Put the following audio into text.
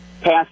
pass